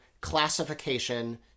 classification